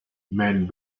mijn